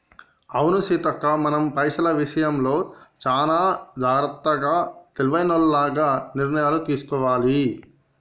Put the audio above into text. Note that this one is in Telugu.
అవును సీతక్క మనం పైసల విషయంలో చానా జాగ్రత్తగా తెలివైనోల్లగ నిర్ణయాలు తీసుకోవాలి